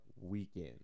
weekend